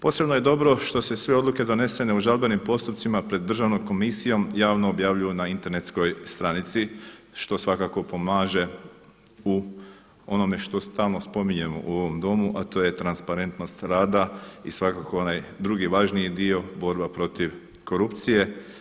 Posebno je dobro što se sve odluke donesene u žalbenim postupcima pred Državnom komisijom javno objavljuju na internetskoj stranici što svakako pomaže u onome što stalno spominjemo u ovom Domu, a to je transparentnost rada i svakako onaj drugi važniji dio borba protiv korupcije.